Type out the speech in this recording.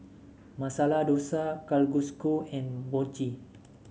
Masala Dosa Kalguksu and Mochi